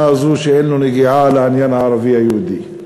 הזאת שאין לו נגיעה לעניין הערבי יהודי.